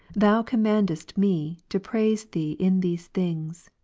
thou commandest me to praise thee in these things,